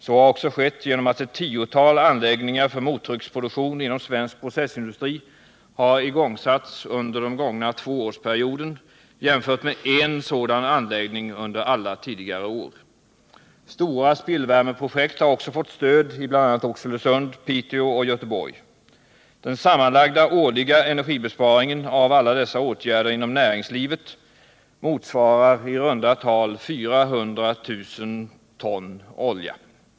Så har också skett genom att ett tiotal anläggningar för mottrycksproduktion inom svensk processindustri har igångsatts under den gångna tvåårsperioden jämfört med en sådan anläggning under alla tidigare år. Stora spillvärmeprojekt har också fått stöd i bl.a. Oxelösund, Piteå och Göteborg. Den sammanlagda årliga energibesparingen genom alla dessa åtgärder inom näringslivet motsvarar i runt tal 400 000 ton olja.